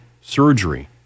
surgery